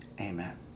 amen